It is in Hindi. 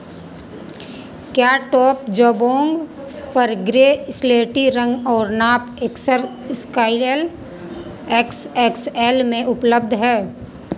क्या टॉप जबोंग पर ग्रे स्लेटी रंग और नाप एक्स एल स्काइ एल एक्स एक्स एल में उपलब्ध है